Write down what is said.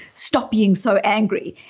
stop being so angry.